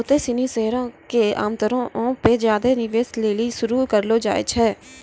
बहुते सिनी शेयरो के आमतौरो पे ज्यादे निवेश लेली शुरू करलो जाय छै